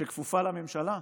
שכפופה לממשלה.